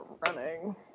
running